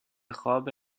خواب